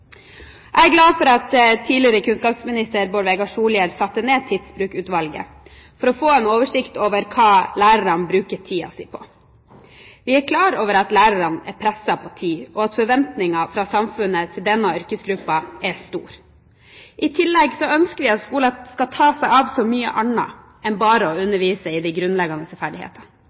Jeg er glad for at tidligere kunnskapsminister Bård Vegar Solhjell satte ned Tidsbrukutvalget for å få en oversikt over hva lærerne bruker tiden sin på. Vi er klar over at lærerne er presset på tid, og at forventningene fra samfunnet til denne yrkesgruppen er stor. I tillegg ønsker vi at skolen skal ta seg av så mye annet enn bare å undervise i de grunnleggende